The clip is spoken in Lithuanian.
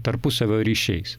tarpusavio ryšiais